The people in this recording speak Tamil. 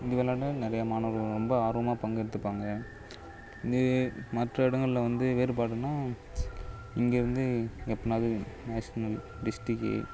இது விளையாண்டா நிறையா மாணவர்கள் ரொம்ப ஆர்வமாக பங்கேர்த்துப்பாங்க இதே மற்ற இடங்களில் வந்து வேறுபாடுனால் இங்கேருந்து எப்போனாவுது நேஷ்னல் டிஸ்டிக்கி